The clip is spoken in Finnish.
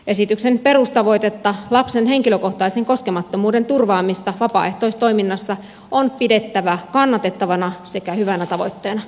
esityksen perustavoitetta lapsen henkilökohtaisen koskemattomuuden turvaamista vapaaehtoistoiminnassa on pidettävä kannatettavana sekä hyvänä tavoitteena